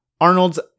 arnold's